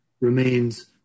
remains